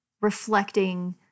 reflecting